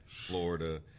Florida